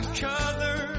color